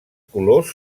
colors